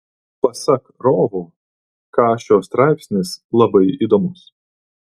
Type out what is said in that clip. pasak rovo kašio straipsnis labai įdomus